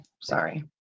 Sorry